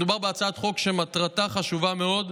מדובר בהצעת חוק שמטרתה חשובה מאוד,